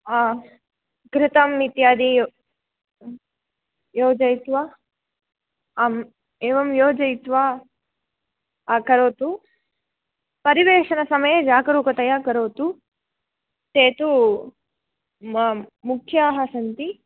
हा घृुतम् इत्यादि योजयित्वा आम् एवं योजयित्वा करोतु परिवेषणसमये जागरूपतया करोतु ते तु मुख्याः सन्ति